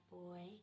boy